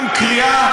גם קריאה,